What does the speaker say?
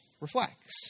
reflects